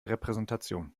repräsentation